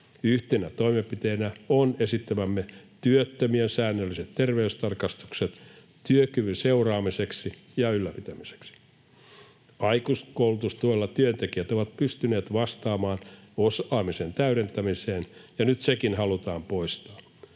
Yhtenä toimenpiteenä ovat esittämämme työttömien säännölliset terveystarkastukset työkyvyn seuraamiseksi ja ylläpitämiseksi. Aikuiskoulutustuella työntekijät ovat pystyneet vastaamaan osaamisen täydentämiseen, ja nyt sekin halutaan poistaa